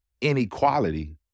inequality